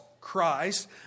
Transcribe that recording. Christ